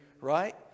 right